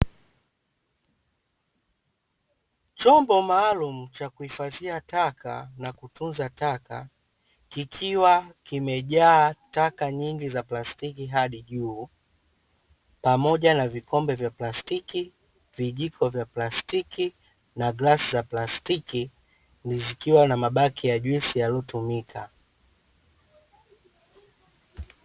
Chombo maalumu cha kuhifadhia taka na kutunza taka, kikiwa kimejaa taka nyingi za plastiki hadi juu, pamoja na vikombe vya plastiki, vijiko vya plastiki, na glasi za plastiki zikiwa na mabaki ya juisi yaliyotumika.